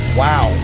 wow